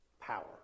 power